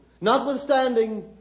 Notwithstanding